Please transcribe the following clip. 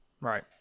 Right